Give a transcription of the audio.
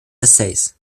essays